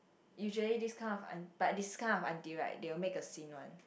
usually this kind of aunt but this kind of auntie right they will make a scene one